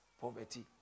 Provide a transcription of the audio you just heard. poverty